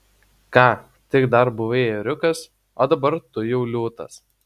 ką tik dar buvai ėriukas o dabar tu jau liūtas